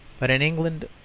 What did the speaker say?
but in england,